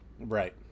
Right